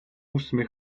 ósmy